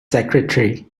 secretary